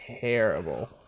terrible